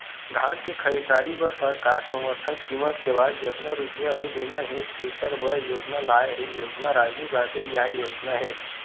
धान के खरीददारी बर सरकार समरथन कीमत के बाद जतना रूपिया अउ देना हे तेखर बर योजना लाए हे योजना राजीव गांधी न्याय योजना हे